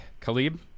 Khalib